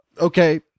okay